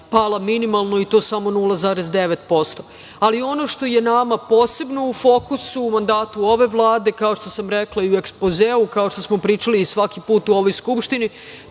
pala minimalno i to samo 0,9%.Ono što je nama posebno u fokusu, u mandatu ove Vlade, kao što sam rekla i u Ekspozeu, kao što smo pričali svaki put u ovoj Skupštini,